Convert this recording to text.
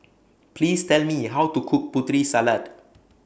Please Tell Me How to Cook Putri Salad